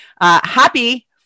happy